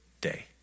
day